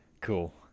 Cool